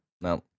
No